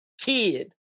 Kid